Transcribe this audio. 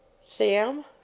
Sam